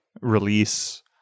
release